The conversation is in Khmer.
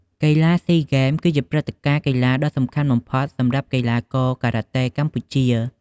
កីឡាស៊ីហ្គេមគឺជាព្រឹត្តិការណ៍កីឡាដ៏សំខាន់បំផុតសម្រាប់កីឡាករការ៉ាតេកម្ពុជា។